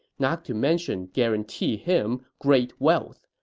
not to mention guarantee him great wealth.